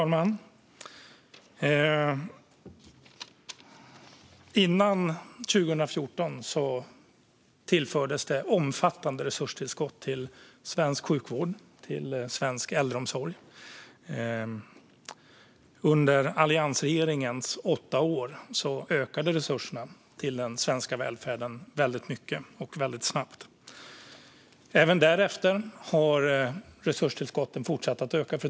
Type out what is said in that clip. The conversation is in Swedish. Fru talman! Före 2014 tillfördes det omfattande resurstillskott till svensk sjukvård och svensk äldreomsorg. Under alliansregeringens åtta år ökade resurserna till den svenska välfärden mycket och snabbt. Även därefter har resurstillskotten fortsatt att öka.